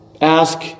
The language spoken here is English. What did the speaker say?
Ask